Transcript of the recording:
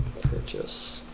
purchase